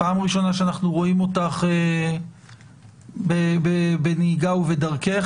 פעם ראשונה שאנחנו רואים אותך בנהיגה ובדרכך.